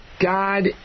God